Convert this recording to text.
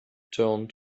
turned